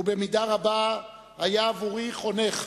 ובמידה רבה היה עבורי "חונך"